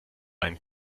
einen